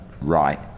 right